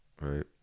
Right